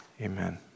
Amen